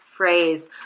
phrase